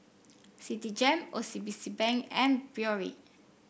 Citigem O C B C Bank and Biore